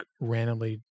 randomly